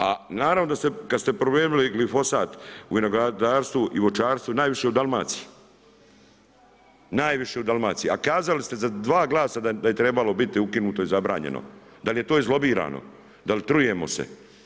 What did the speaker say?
A naravno, da kada ste promijenili glifosad u vinogradarstvu i voćarstvu najviše u Dalmaciji, najviše u Dalmaciji, a kazali ste za 2 glasa, da je trebalo biti ukinuto i zabranjeno, da li je to iz lobirano, da li trujemo se?